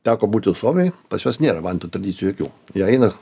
teko būti suomijoj pas juos nėra vantų tradicijų jokių jie eina